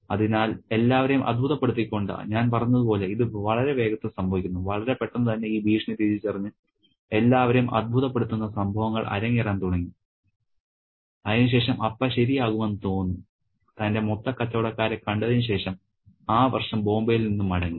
അതിനാൽ എല്ലാവരേയും അത്ഭുതപ്പെടുത്തിക്കൊണ്ട് ഞാൻ പറഞ്ഞതുപോലെ ഇത് വളരെ വേഗത്തിൽ സംഭവിക്കുന്നു വളരെ പെട്ടെന്ന് തന്നെ ഈ ഭീഷണി തിരിച്ചറിഞ്ഞ് എല്ലാവരേയും അത്ഭുതപ്പെടുത്തുന്ന സംഭവങ്ങൾ അരങ്ങേറാൻ തുടങ്ങി അതിനുശേഷം അപ്പ ശരിയാകുമെന്ന് തോന്നി തന്റെ മൊത്തക്കച്ചവടക്കാരെ കണ്ടതിന് ശേഷം ആ വർഷം ബോംബെയിൽ നിന്ന് മടങ്ങി